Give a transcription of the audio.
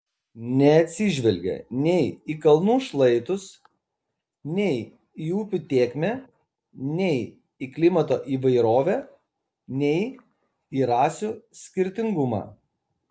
neatsižvelgė nei į kalnų šlaitus nei į upių tėkmę nei į klimato įvairovę nei į rasių skirtingumą